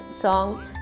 songs